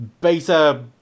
beta